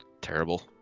terrible